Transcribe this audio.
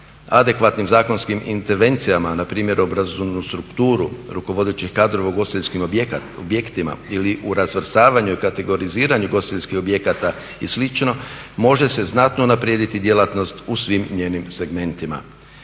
Adekvatnim zakonskim intervencijama npr. obrazovnu strukturu rukovodećih kadrova ugostiteljskih objekata ili u razvrstavanju ili kategoriziranju ugostiteljskih objekata i slično može se znatno unaprijediti djelatnost u svim njenim segmentima.